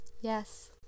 Yes